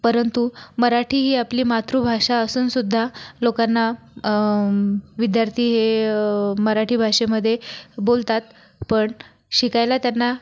परंतु मराठी ही आपली मातृभाषा आसून सुद्धा लोकांना विद्यार्थी हे मराठी भाषेमध्ये बोलतात पण शिकायला त्यांना